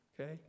okay